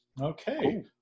Okay